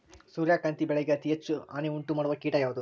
ಸೂರ್ಯಕಾಂತಿ ಬೆಳೆಗೆ ಅತೇ ಹೆಚ್ಚು ಹಾನಿ ಉಂಟು ಮಾಡುವ ಕೇಟ ಯಾವುದು?